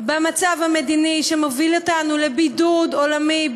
במצב המדיני שמוביל אותנו לבידוד עולמי,